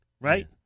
right